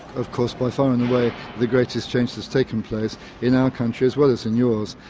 of course by far and away the greatest change that's taken place in our country as well as in yours,